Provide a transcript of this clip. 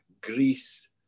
Greece